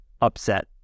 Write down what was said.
upset